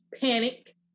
panic